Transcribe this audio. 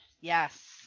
Yes